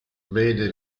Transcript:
vede